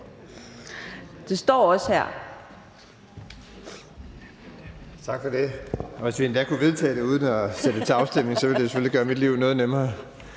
det så også er